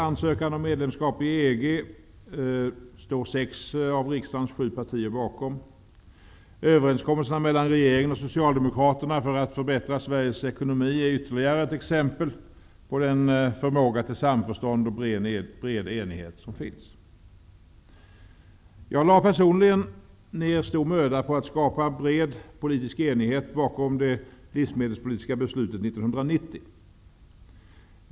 Ansökan om medlemskap i EG står sex av riksdagens sju partier bakom. Socialdemokraterna för att förbättra Sveriges ekonomi är ytterligare ett exempel på den förmåga till samförstånd och bred enighet som finns. Jag lade personligen ned stor möda på att skapa bred politisk enighet bakom det livsmedelspolitiska beslutet 1990.